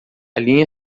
linha